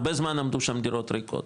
הרבה זמן עמדו שם דירות ריקות